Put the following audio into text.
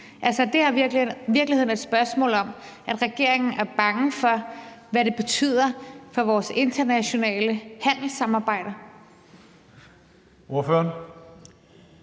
Er det her i virkeligheden et spørgsmål om, at regeringen er bange for, hvad det betyder for vores internationale handelssamarbejde?